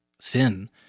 sin